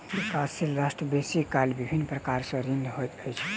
विकासशील राष्ट्र बेसी काल विभिन्न प्रकार सँ ऋणी होइत अछि